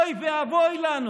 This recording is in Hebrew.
אוי ואבוי לנו